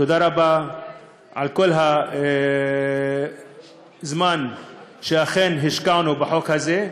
תודה רבה על כל הזמן שהשקענו בחוק הזה.